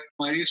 place